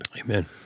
Amen